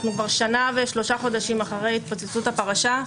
אנחנו כבר שנה ושלושה חודשים אחרי התפוצצות הפרשה.